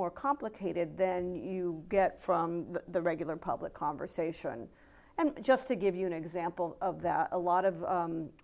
more complicated then you get from the regular public conversation and just to give you an example of that a lot of